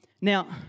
Now